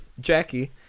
Jackie